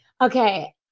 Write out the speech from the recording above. Okay